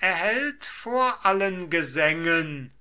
erhält vor allen gesängen